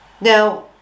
Now